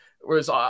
Whereas